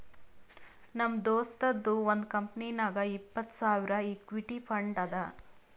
ನಮ್ ದೋಸ್ತದು ಒಂದ್ ಕಂಪನಿನಾಗ್ ಇಪ್ಪತ್ತ್ ಸಾವಿರ್ ಇಕ್ವಿಟಿ ಫಂಡ್ ಅದಾ